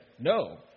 No